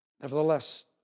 Nevertheless